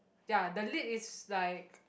ya the lead is like